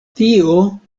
tio